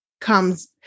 comes